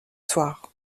soir